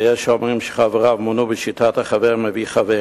ויש אומרים שחבריו מונו בשיטת ה"חבר מביא חבר",